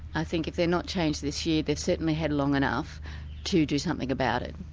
i think if they're not changed this year, they've certainly had long enough to do something about it.